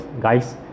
guys